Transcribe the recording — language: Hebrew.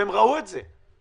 והם ראו את זה.